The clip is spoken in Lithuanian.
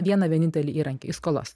vieną vienintelį įrankį į skolas